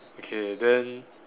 okay then